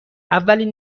اولین